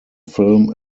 film